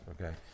okay